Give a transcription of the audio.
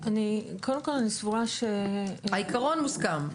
העיקרון מוסכם.